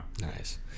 nice